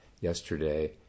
yesterday